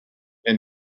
and